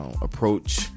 approach